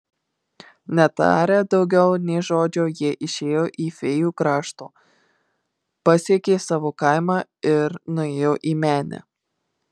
netarę daugiau nė žodžio jie išėjo iš fėjų krašto pasiekė savo kaimą ir nuėjo į menę